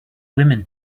women